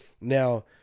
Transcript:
Now